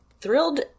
thrilled